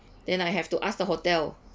then I have to ask the hotel